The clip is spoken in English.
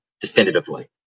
definitively